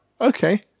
Okay